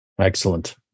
Excellent